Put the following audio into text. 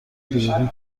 دروغی